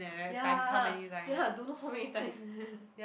ya then like don't know how many times